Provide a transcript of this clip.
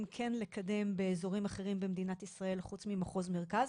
לקדם באזורים אחרים במדינת ישראל חוץ ממחוז המרכז.